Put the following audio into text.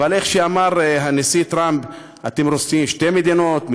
איך אמר הנשיא טראמפ: שתי מדינות,